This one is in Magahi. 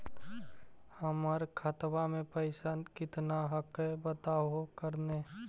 हमर खतवा में पैसा कितना हकाई बताहो करने?